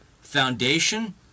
Foundation